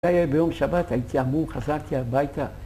ביום שבת הייתי אמור, חזרתי הביתה.